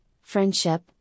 friendship